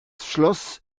schloss